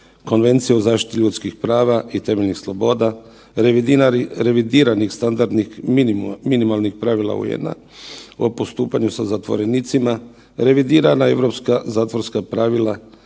Konvencije o zaštiti ljudskih prava i temeljnih sloboda, revidiranih standardnim minimalnih pravila UN-a o postupanju sa zatvorenicima, revidirana Europska zatvorska pravila,